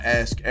ask